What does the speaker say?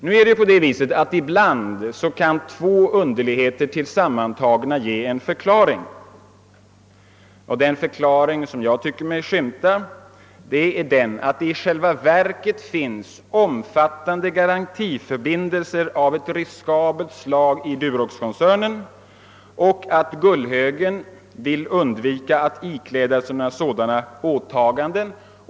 Nu är det emellertid så att två underligheter tillsammantagna ibland ger en förklaring, och den förklaring som jag tyckt mig skymta är att det i själva verket finns omfattande garantiförbindelser av riskabelt slag i Duroxkoncernen och att Gullhögen vill undvika att ikläda sig sådana åtaganden.